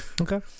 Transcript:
Okay